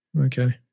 Okay